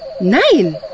Nein